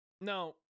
now